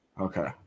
Okay